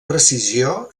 precisió